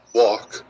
walk